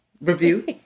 review